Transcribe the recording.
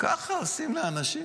ככה עושים לאנשים?